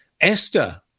Esther